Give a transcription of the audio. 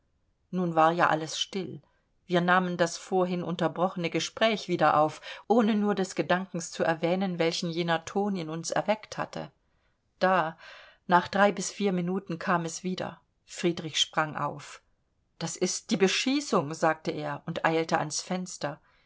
nun war ja alles still wir nahmen das vorhin unterbrochene gespräch wieder auf ohne nur des gedankens zu erwähnen welchen jener ton in uns erweckt hatte da nach drei bis vier minuten kam es wieder friedrich sprang auf das ist die beschießung sagte er und eilte ans fenster